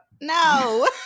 No